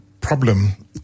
problem